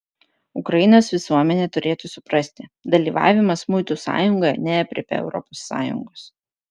ukrainos visuomenė turėtų suprasti dalyvavimas muitų sąjungoje neaprėpia europos sąjungos